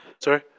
Sorry